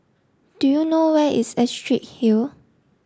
do you know where is Astrid Hill